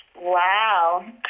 Wow